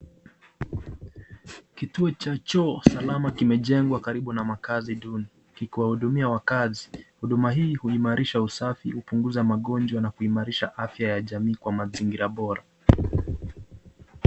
Kituo cha choo salama kimejengwa karibu na makazi duni kikiwahudumia wakaazi. Huduma hii huimarisha usafi , hupunguza magonjwa na kuimarisha afya ya jamii kwa mazingira bora.